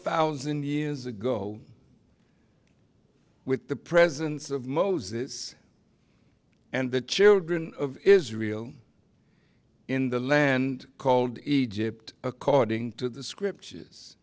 thousand years ago with the presence of moses and the children of israel in the land called egypt according to the scriptures